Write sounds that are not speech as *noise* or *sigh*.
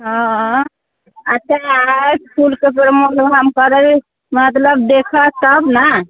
हँ अच्छा *unintelligible* हम करबै मतलब देखब तब ने